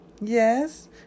Yes